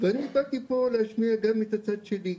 ואני באתי פה להשמיע גם את הצד שלי.